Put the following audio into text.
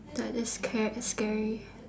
that is scar~ scary